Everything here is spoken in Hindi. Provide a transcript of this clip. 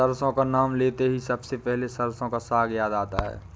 सरसों का नाम लेते ही सबसे पहले सरसों का साग याद आता है